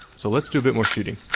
so let's do a bit more shooting.